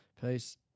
Peace